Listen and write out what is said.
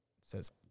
says